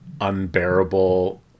unbearable